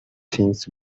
things